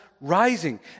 rising